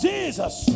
Jesus